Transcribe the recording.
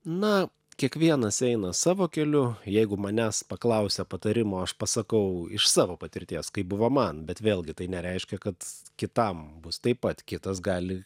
na kiekvienas eina savo keliu jeigu manęs paklausia patarimo aš pasakau iš savo patirties kaip buvo man bet vėlgi tai nereiškia kad kitam bus taip pat kitas gali